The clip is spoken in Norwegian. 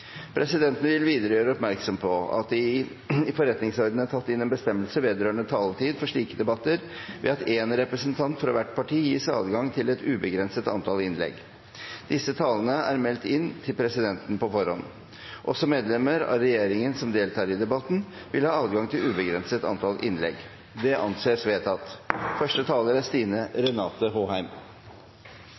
Presidenten vil videre gjøre oppmerksom på at det i forretningsordenen er tatt inn en bestemmelse vedrørende taletid for slike debatter ved at én representant fra hvert parti gis adgang til et ubegrenset antall innlegg. Disse talerne er meldt inn til presidenten på forhånd. Også medlemmer av regjeringen som deltar i debatten, vil ha adgang til ubegrenset antall innlegg. – Det anses vedtatt. Bygge- og anleggsnæringen er